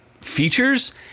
Features